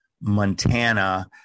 Montana